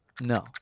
No